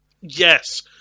Yes